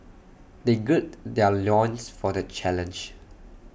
they gird their loins for the challenge